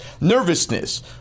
nervousness